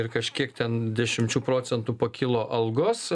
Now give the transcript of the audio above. ir kažkiek ten dešimčių procentų pakilo algos